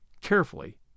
carefully